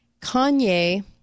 Kanye